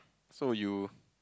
so you